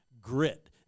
grit